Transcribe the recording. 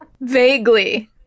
vaguely